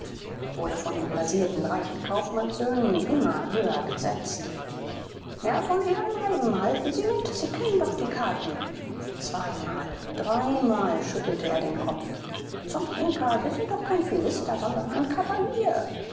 wurde von den blasierten reichen kaufmannssöhnen immer höher gesetzt herr von erbenheim halten sie mit sie kennen doch die karten zweimal dreimal schüttelte er den kopf zum henker sie sind doch kein philister sondern ein kavalier